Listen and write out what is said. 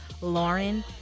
lauren